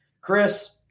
Chris